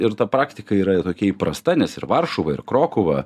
ir ta praktika yra ir tokia įprasta nes ir varšuva ir krokuva